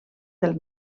del